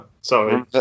Sorry